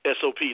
SOP